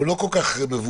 והוא לא כל כך מבוגר.